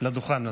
לדוכן.